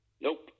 Nope